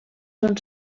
són